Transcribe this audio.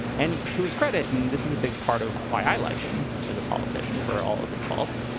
and to his credit. and this is a big part of why i like him as a politician for all of his faults.